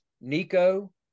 Nico